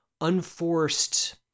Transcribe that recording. unforced